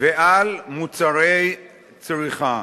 ועל מוצרי צריכה